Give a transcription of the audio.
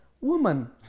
woman